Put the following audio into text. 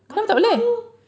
mana aku tahu